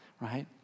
right